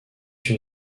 une